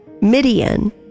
Midian